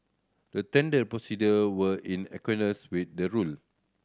the tender procedure were in with the rule